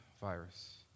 virus